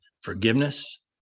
forgiveness